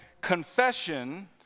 confession